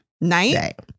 night